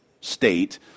state